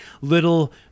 little